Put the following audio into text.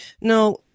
No